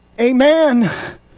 Amen